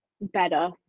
better